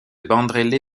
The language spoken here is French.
bandrélé